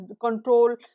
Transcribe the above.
control